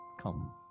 Come